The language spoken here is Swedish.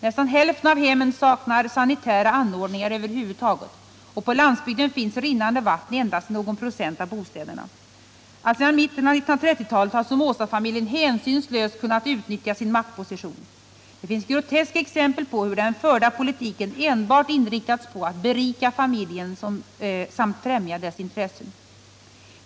Nästan hälften av hemmen saknar sanitära anordningar över huvud taget, och på landsbygden finns rinnande vatten endast i någon procent av bostäderna. Alltsedan mitten av 1930-talet har Somozafamiljen hänsynslöst kunnat utnyttja sin maktposition. Det finns groteska exempel på hur den förda politiken enbart inriktats på att berika familjen samt främja dess intressen.